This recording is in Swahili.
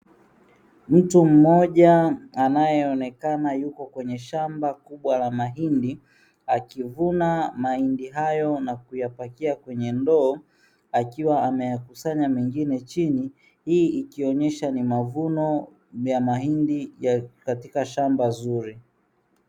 Mtu mmoja anayeonekana yuko kwenye shamba kubwa la mahindi akivuna mahindi hayo na kuyapakia kwenye ndoo akiwa ameyakusanya mengine chini hii ikionyesha ni mavuno vya mahindi ya katika shamba zuri.